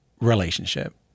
relationship